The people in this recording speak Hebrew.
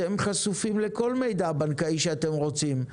אתם חשופים לכל מידע בנקאי שאתם רוצים,